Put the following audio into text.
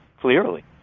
clearly